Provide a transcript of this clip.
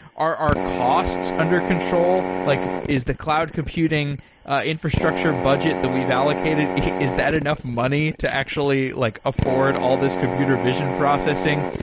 are are costs under control? like is the cloud computing ah infrastructure budget that we've allocated, is that enough money to actually like afford all this computer vision processing?